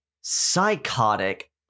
psychotic